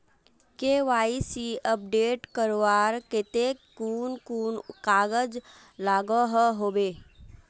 KYC update करवार केते कुन कुन कागज लागोहो होबे?